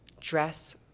dress